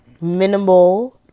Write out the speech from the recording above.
minimal